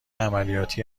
عملیاتی